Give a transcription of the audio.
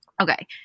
Okay